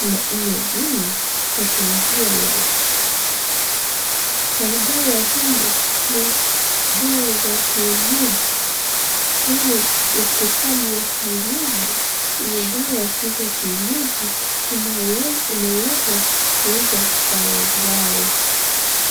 na ina jina Second year life . Na dawa hili ni dawa za kienyeji yaani hospitali ya kienyeji ni dawa ya kuuza kienyeji inawe inaweza kuuza dawa zao.